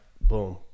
boom